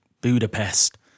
Budapest